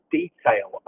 detail